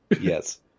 Yes